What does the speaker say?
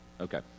Okay